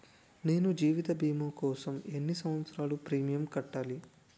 నేను జీవిత భీమా కోసం ఎన్ని సంవత్సారాలు ప్రీమియంలు కట్టాలి?